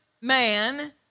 man